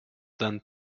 than